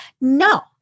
No